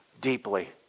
deeply